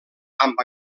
amb